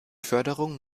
förderung